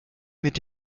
mit